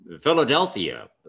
Philadelphia